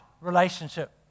relationship